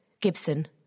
Gibson